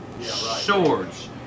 swords